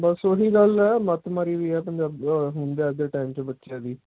ਬਸ ਉਹੀ ਗੱਲ ਹੈ ਮੱਤ ਮਾਰੀ ਵੀ ਆ ਪੰਜਾਬ ਹੁਣ ਦੇ ਅੱਜ ਦੇ ਟਾਈਮ 'ਚ ਬੱਚਿਆਂ ਦੀ